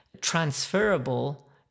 transferable